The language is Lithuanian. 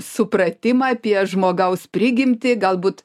supratimą apie žmogaus prigimtį galbūt